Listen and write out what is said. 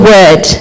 Word